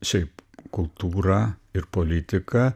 šiaip kultūrą ir politiką